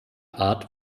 art